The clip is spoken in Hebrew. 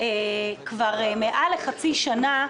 כבר יותר מחצי שנה,